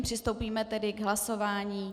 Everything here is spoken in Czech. Přistoupíme tedy k hlasování.